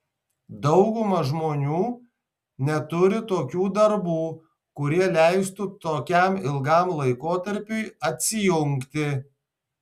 dauguma žmonių neturi tokių darbų kurie leistų tokiam ilgam laikotarpiui atsijungti